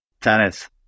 tennis